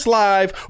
live